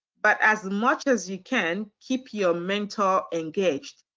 but as much as you can keep your mentor engaged.